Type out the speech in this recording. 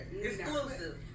Exclusive